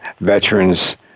veterans